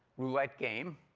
roulette game.